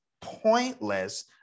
pointless